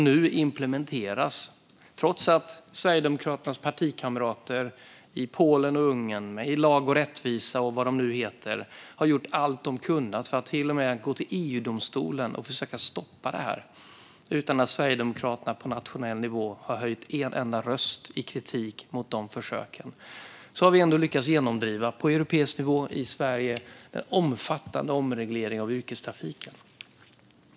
Nu implementeras det, trots att Sverigedemokraternas partikamrater i Polen och Ungern - i Lag och rättvisa och vad de nu heter - har gjort allt de kunnat för att försöka stoppa det här. De har till och med gått till EU-domstolen. De har gjort detta utan att Sverigedemokraterna på vår nationella nivå har höjt en enda kritisk röst mot dessa försök. Vi har på europeisk nivå och i Sverige ändå lyckats genomdriva en omfattande omreglering av yrkestrafiken.